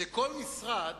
שכל משרד